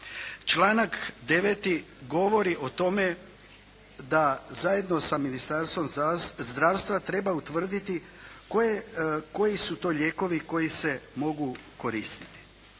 Članak 9. govori o tome da zajedno sa Ministarstvom zdravstva treba utvrditi koji su to lijekovi koji se mogu koristiti?